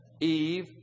Eve